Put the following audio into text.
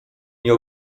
nie